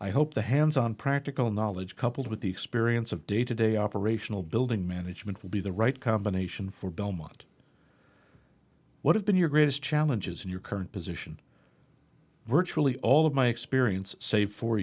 i hope the hands on practical knowledge coupled with the experience of day to day operational building management will be the right combination for belmont what have been your greatest challenges in your current position virtually all of my experience sa